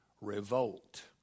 Revolt